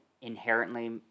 inherently